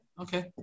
okay